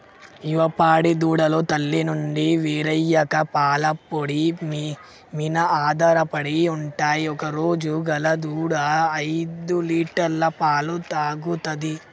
యువ పాడి దూడలు తల్లి నుండి వేరయ్యాక పాల పొడి మీన ఆధారపడి ఉంటయ్ ఒకరోజు గల దూడ ఐదులీటర్ల పాలు తాగుతది